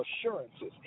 assurances